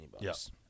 Yes